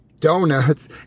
donuts